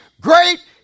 great